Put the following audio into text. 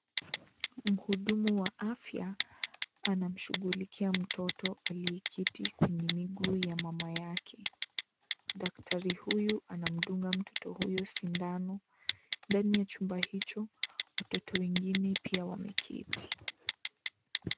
Muhudumu wa afia anamshughulikia mtoto alieketi kwenye miguu ya mamayake. Daktari huyu anamdunga mtoto huyo sindano, ndani ya chumba hicho watoto wengine pia wameketi.